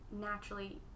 naturally